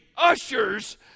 Ushers